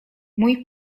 mój